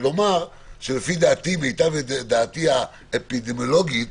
ולומר שלפי דעתי האפידמיולוגית,